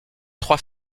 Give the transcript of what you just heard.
trois